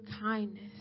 kindness